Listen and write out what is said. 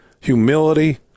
humility